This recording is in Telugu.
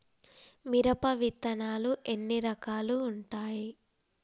మిరప విత్తనాలు ఎన్ని రకాలు ఉంటాయి?